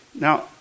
Now